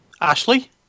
Ashley